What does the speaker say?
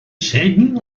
schäden